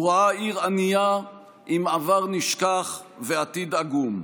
הוא ראה עיר ענייה עם עבר נשכח ועתיד עגום.